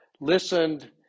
listened